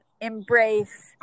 embrace